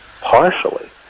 partially